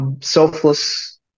selfless